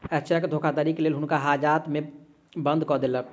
cheque धोखाधड़ीक लेल हुनका हाजत में बंद कअ देल गेलैन